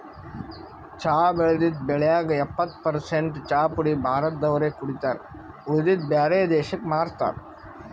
ಚಾ ಬೆಳದಿದ್ದ್ ಬೆಳ್ಯಾಗ್ ಎಪ್ಪತ್ತ್ ಪರಸೆಂಟ್ ಚಾಪುಡಿ ಭಾರತ್ ದವ್ರೆ ಕುಡಿತಾರ್ ಉಳದಿದ್ದ್ ಬ್ಯಾರೆ ದೇಶಕ್ಕ್ ಮಾರ್ತಾರ್